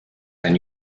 their